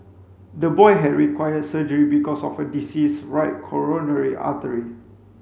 the boy had required surgery because of a diseased right coronary artery